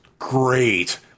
great